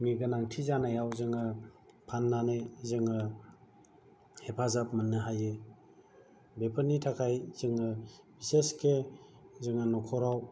गोनांथि जानायाव जोङो फाननानै जोङो हेफाजाब मोननो हायो बेफोरनि थाखाय जोङो बिसेसके जोङो न'खराव